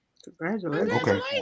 Congratulations